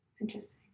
Interesting